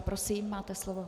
Prosím, máte slovo.